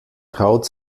traut